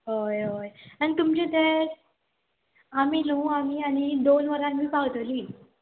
हय हय आनी तुमचे तें आमी न्हू आमी आनी दोन वरांन बी पावतली